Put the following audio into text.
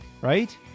Right